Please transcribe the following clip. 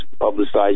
publicized